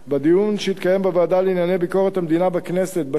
בדיון שהתקיים בוועדה לענייני ביקורת המדינה בכנסת ב-2